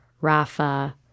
rafa